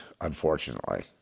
Unfortunately